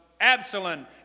Absalom